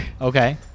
Okay